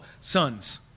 sons